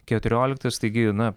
keturioliktas taigi na